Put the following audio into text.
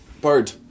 bird